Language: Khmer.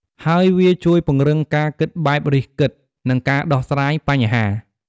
ហើយវាជួយពង្រឹងការគិតបែបរិះគិត និងការដោះស្រាយបញ្ហា។